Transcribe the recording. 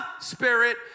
Spirit